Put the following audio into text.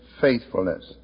faithfulness